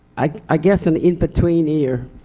i guess and in between year.